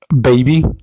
baby